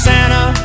Santa